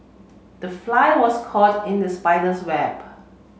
the fly was caught in the spider's web